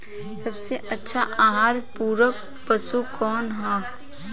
सबसे अच्छा आहार पूरक पशु कौन ह?